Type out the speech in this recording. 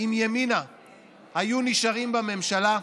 אם ימינה היו נשארים בממשלה,